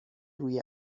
روی